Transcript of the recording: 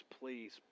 please